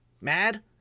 mad